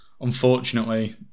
unfortunately